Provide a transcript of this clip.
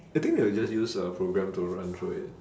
I think they will just use a program to run through it